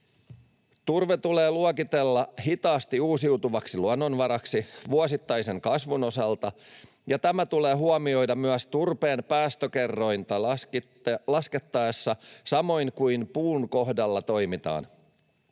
Turve tulee luokitella hitaasti uusiutuvaksi luonnonvaraksi vuosittaisen kasvun osalta, ja tämä tulee huomioida myös turpeen päästökerrointa laskettaessa samoin kuin puun kohdalla toimitaan.